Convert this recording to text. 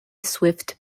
swift